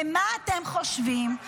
ומה אתם חושבים?